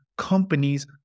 companies